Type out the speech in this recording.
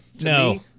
No